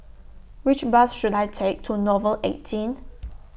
Which Bus should I Take to Nouvel eighteen